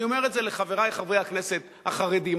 אני אומר את זה לחברי חברי הכנסת החרדים,